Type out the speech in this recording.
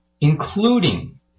including